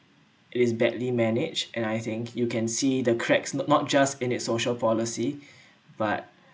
it is badly managed and I think you can see the cracks no~ not just in it's social policy but